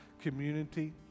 community